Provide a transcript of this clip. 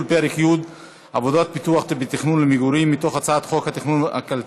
פרק י' (עבודות פיתוח בתכנון למגורים) מתוך הצעת חוק התוכנית